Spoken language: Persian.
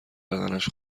بدنش